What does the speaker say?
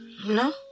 No